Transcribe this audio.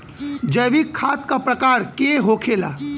जैविक खाद का प्रकार के होखे ला?